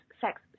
sex